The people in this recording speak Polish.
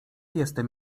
jestem